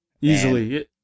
easily